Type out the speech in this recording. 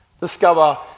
discover